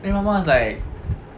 then mama was like